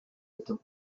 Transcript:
ditu